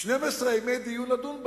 שנים-עשרה ימי דיון לדון בהם,